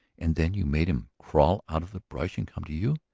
and then you made him crawl out of the brush and come to you?